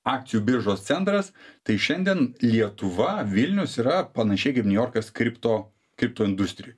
akcijų biržos centras tai šiandien lietuva vilnius yra panašiai kaip niujorkas kripto kripto industrijų